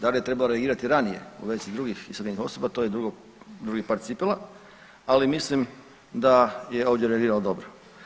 Da li je trebala reagirati ranije u vezi drugih iseljenih osoba to je drugo, drugi par cipela, ali mislim da je ovdje reagirala dobro.